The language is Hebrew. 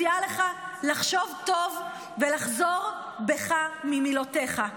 אני מציעה לך לחשוב טוב ולחזור בך ממילותיך.